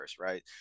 right